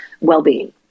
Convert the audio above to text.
well-being